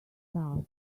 stuff